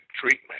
treatment